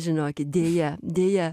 žinokit deja deja